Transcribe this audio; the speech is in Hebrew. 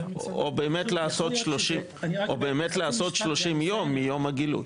או באמת לעשות 30 יום מיום הגילוי.